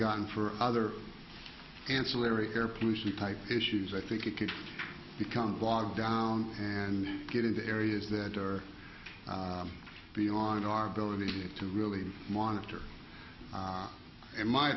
gotten for other ancillary air pollution type issues i think it could become bogged down and get into areas that are beyond our ability to really monitor in my